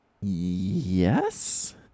Yes